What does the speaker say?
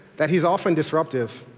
that he's often disruptive.